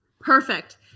Perfect